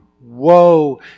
woe